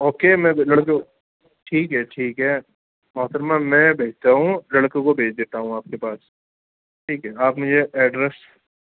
okay میں لڑکوں ٹھیک ہے ٹھیک ہے محترمہ میں بھیجتا ہوں لڑکوں کو بھیج دیتا ہوں آپ کے پاس ٹھیک ہے آپ مجھے ایڈریس